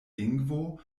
lingvo